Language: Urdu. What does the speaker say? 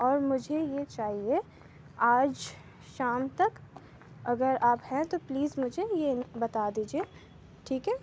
اور مجھے یہ چاہیے آج شام تک اگر آپ ہیں تو پلیز مجھے یہ بتا دیجیے ٹھیک ہے